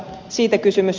siitä kysymys